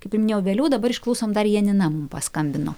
kaip ir minėjau vėliau dabar išklausom dar janina mum paskambino